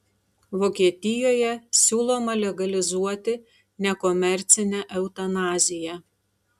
vokietijoje siūloma legalizuoti nekomercinę eutanaziją